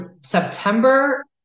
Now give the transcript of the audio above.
September